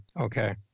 okay